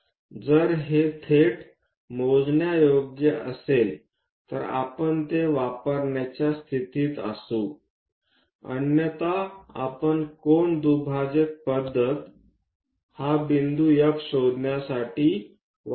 जर हे थेट मोजण्यायोग्य असेल तर आपण ते वापरण्याच्या स्थितीत असू अन्यथा आपण कोन दुभाजक पद्धत हा बिंदू F शोधण्यासाठी वापरू